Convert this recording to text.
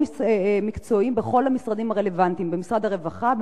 מקצועיים בכל המשרדים הרלוונטיים: במשרד הרווחה,